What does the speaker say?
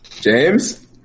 James